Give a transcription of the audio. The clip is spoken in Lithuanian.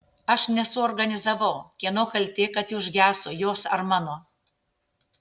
aš nesuorganizavau kieno kaltė kad ji užgeso jos ar mano